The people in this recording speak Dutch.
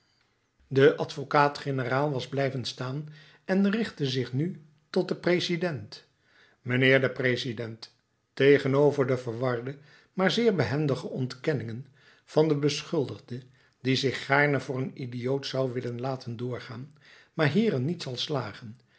de advocaat-generaal was blijven staan en richtte zich nu tot den president mijnheer de president tegenover de verwarde maar zeer behendige ontkenningen van den beschuldigde die zich gaarne voor een idioot zou willen laten doorgaan maar hierin niet zal slagen dit